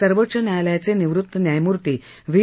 सर्वोच्च न्यायालयाचे निवृत न्यायमूर्ती व्ही